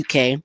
UK